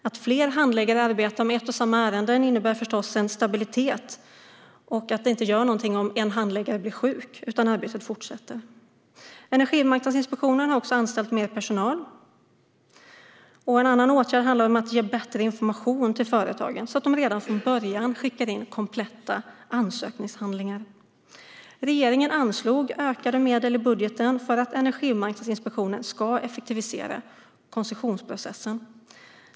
Att fler handläggare arbetar med ett och samma ärende innebär förstås en stabilitet och att det inte gör någonting om en handläggare blir sjuk, eftersom arbetet ändå kan fortsätta. Energimarknadsinspektionen har också anställt mer personal. En annan åtgärd handlar om att ge bättre information till företagen så att de redan från början skickar in kompletta ansökningshandlingar. Regeringen anslog ökade medel i budgeten för att Energimarknadsinspektionen ska effektivisera koncessionsprocessen.